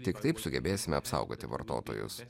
tik taip sugebėsime apsaugoti vartotojus